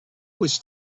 was